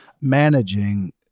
managing